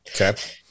Okay